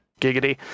giggity